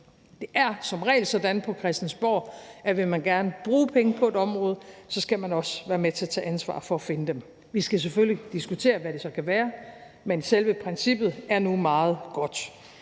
Det er som regel sådan på Christiansborg, at vil man gerne bruge penge på et område, skal man også være med til at tage ansvar for at finde dem. Vi skal selvfølgelig diskutere, hvad det så kan være, men selve princippet er nu meget godt.